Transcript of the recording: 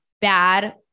bad